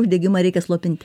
uždegimą reikia slopint